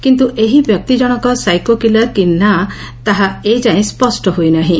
କିନ୍ତୁ ଏହି ବ୍ୟକ୍ତି ଜଣକ ସାଇକୋ କିଲର କି ନା ତାହା ଏଯାଏଁ ସ୍ବଷ୍ ହୋଇନାହିଁ